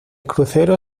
crucero